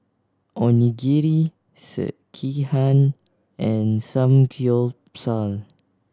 Onigiri Sekihan and Samgyeopsal